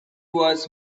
was